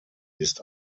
ist